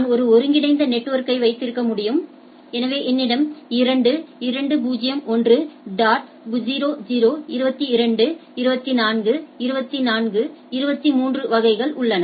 நான் ஒரு ஒருங்கிணைந்த நெட்வொர்க்கை வைத்திருக்க முடியும் எனவே என்னிடம் 2 201 டாட் 00 22 24 24 23 வகைகள் உள்ளன